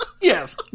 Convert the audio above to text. Yes